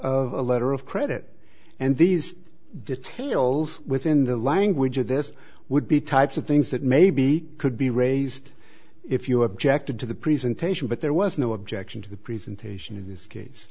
of a letter of credit and these details within the language of this would be types of things that maybe could be raised if you objected to the presentation but there was no objection to the presentation in this case